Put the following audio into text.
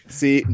see